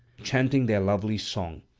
chanting their lovely song.